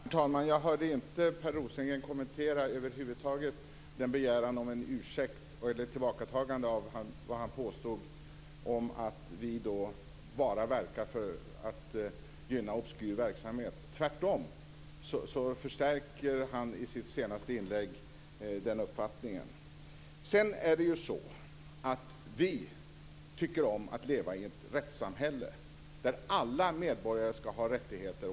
Herr talman! Jag hörde inte Per Rosengren över huvud taget kommentera begäran om ett tillbakatagande av det han påstod om att vi bara verkar för att gynna obskyr verksamhet. Han förstärker tvärtom den uppfattningen i sitt senaste inlägg. Vi tycker om att leva i ett rättssamhälle där alla medborgare skall ha rättigheter.